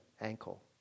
ankle